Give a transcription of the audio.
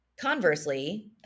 Conversely